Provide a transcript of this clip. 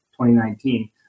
2019